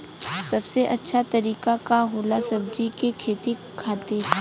सबसे अच्छा तरीका का होला सब्जी के खेती खातिर?